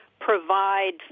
provide